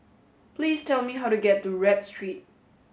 please tell me how to get to Read Street